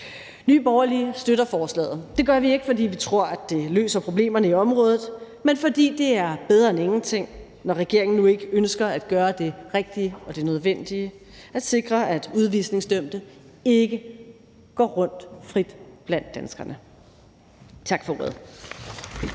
Nye Borgerlige støtter forslaget. Det gør vi ikke, fordi vi tror, det løser problemerne i området, men fordi det er bedre end ingenting, når regeringen nu ikke ønsker at gøre det rigtige og det nødvendige: at sikre, at udvisningsdømte ikke går rundt frit blandt danskerne. Tak for ordet.